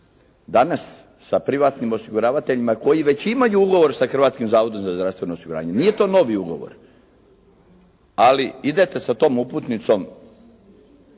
Danas sa privatnim osiguravateljima koji već imaju ugovor sa Hrvatskim zavodom za zdravstveno osiguranje, nije to novi ugovor. Ali idete sa tom uputnicom